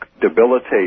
debilitate